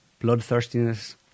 bloodthirstiness